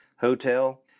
hotel